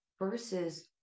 versus